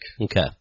Okay